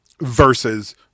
versus